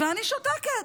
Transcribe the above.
ואני שותקת,